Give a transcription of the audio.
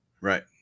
right